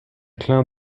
clin